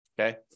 Okay